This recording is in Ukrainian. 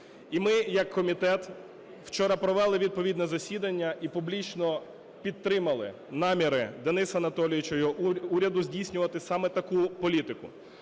І ми як комітет вчора провели відповідне засідання і публічно підтримали наміри Дениса Анатолійовича його уряду здійснювати саме таку політику: